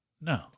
No